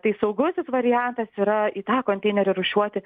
tai saugusis variantas yra į tą konteinerį rūšiuoti